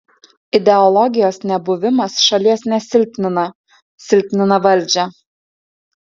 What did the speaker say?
ideologijos nebuvimas šalies nesilpnina silpnina valdžią